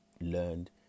learned